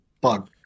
bug